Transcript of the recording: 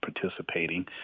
participating